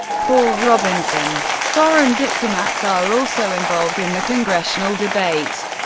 paul robinson. foreign diplomats are also involved in the congressional debate.